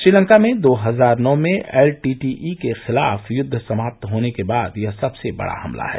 श्रीलंका में दो हजार नौ में एलटीटीई के खिलाफ युद्द समाप्त होने के बाद यह सबसे बड़ा हमला है